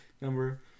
number